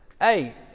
hey